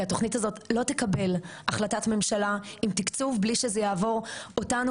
כי התוכנית הזאת לא תקבל החלטת ממשלה עם תקצוב בלי שזה יעבור אותנו